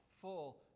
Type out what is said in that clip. full